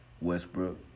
Westbrook